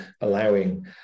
allowing